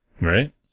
Right